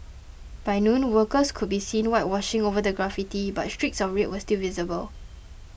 by noon workers could be seen whitewashing over the graffiti but streaks of red were still visible